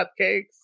cupcakes